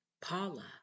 Paula